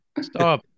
Stop